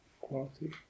quality